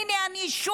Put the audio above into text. הינה אני שוב